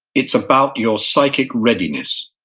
it's about your psychic readiness.